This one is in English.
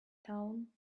town